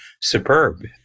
superb